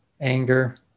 anger